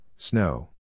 Snow